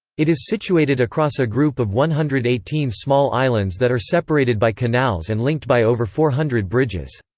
it is situated across a group of one hundred and eighteen small islands that are separated by canals and linked by over four hundred bridges.